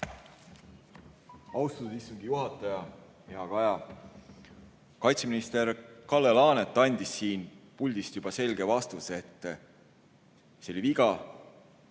Austatud istungi juhataja! Hea Kaja! Kaitseminister Kalle Laanet andis siin puldis juba selge vastuse, et see oli viga